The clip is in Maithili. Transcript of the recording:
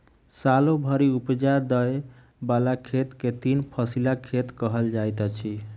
सालो भरि उपजा दय बला खेत के तीन फसिला खेत कहल जाइत अछि